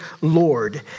Lord